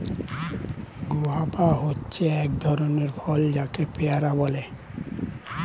guava হচ্ছে এক ধরণের ফল যাকে পেয়ারা বলে